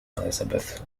elizabeth